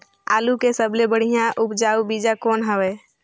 आलू के सबले बढ़िया उपजाऊ बीजा कौन हवय?